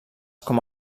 com